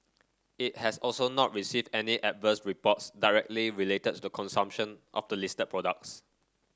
it has also not received any adverse reports directly related to consumption of the listed products